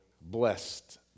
blessed